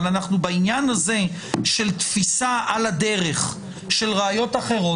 בעניין הזה של תפיסה על הדרך של ראיות אחרות,